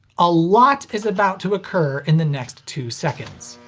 a lot is about to occur in the next two seconds.